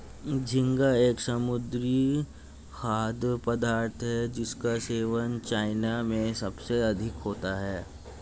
झींगा एक समुद्री खाद्य पदार्थ है जिसका सेवन चाइना में सबसे अधिक होता है